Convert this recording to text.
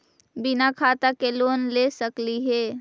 बिना खाता के लोन ले सकली हे?